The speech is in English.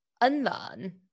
unlearn